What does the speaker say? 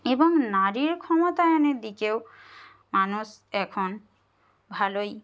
এবং নারী ক্ষমতায়নের দিকেও মানুষ এখন ভালোই